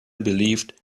believed